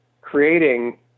creating